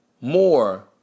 more